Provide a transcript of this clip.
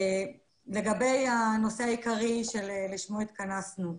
לגבי הנושא העיקרי שלשמו התכנסנו.